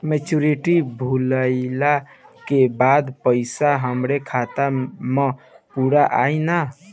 Maturity भईला के बाद पईसा हमरे खाता म पूरा आई न?